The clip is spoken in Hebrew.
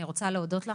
אני רוצה להודות לך,